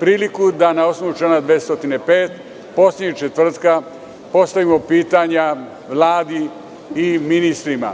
priliku da na osnovu člana 205. poslednjeg četvrtka postavimo pitanja Vladi i ministrima.